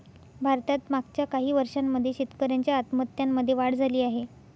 भारतात मागच्या काही वर्षांमध्ये शेतकऱ्यांच्या आत्महत्यांमध्ये वाढ झाली आहे